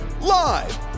live